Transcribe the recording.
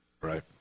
Right